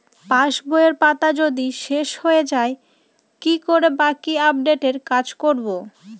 পাসবইয়ের পাতা যদি শেষ হয়ে য়ায় কি করে বাকী আপডেটের কাজ করব?